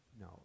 No